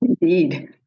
Indeed